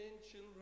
children